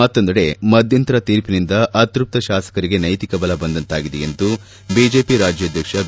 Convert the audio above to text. ಮತ್ತೊಂದೆಡೆ ಮಧ್ಯಂತರ ತೀರ್ಪಿನಿಂದ ಅತ್ಯಸ್ತ ಶಾಸಕರಿಗೆ ನೈತಿಕ ಬಲ ಬಂದಂತಾಗಿದೆ ಎಂದು ಬಿಜೆಪಿ ರಾಜ್ಯಾಧ್ಯಕ್ಷ ಬಿ